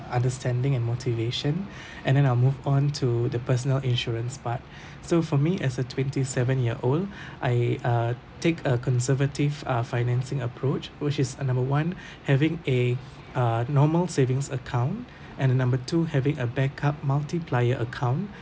understanding and motivation and then I'll move on to the personal insurance part so for me as a twenty seven year old I uh take a conservative uh financing approach which is uh number one having a a normal savings account and uh number two having a backup multiplier account